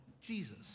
Jesus